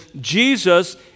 Jesus